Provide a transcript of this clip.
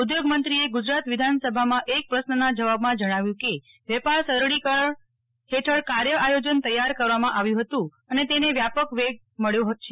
ઉદ્યોગમંત્રીએ ગુજરાત વિધાનસભામાં એક પ્રશ્નના જવાબમાં જણાવ્યું કે વેપાર સરળીકરણ હેઠળ કાર્ય આયોજન તૈયાર કરવામાં આવ્યું હતું અને તેને વ્યાપક વેગ મળ્યો છે